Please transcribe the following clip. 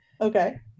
Okay